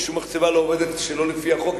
שום מחצבה לא עובדת שלא לפי החוק,